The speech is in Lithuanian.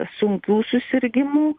sunkių susirgimų